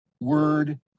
word